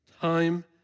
time